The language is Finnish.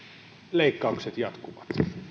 leikkaukset jatkuvat